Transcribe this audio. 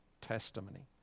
testimony